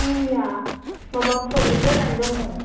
आंनिया माबा प्रब्लेम जानानै दंमोन